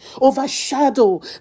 Overshadow